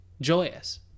joyous